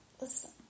listen